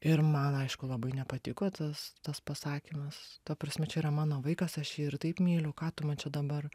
ir man aišku labai nepatiko tas tas pasakymas ta prasme čia yra mano vaikas aš jį ir taip myliu ką tu man čia dabar